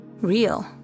real